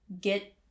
get